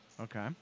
Okay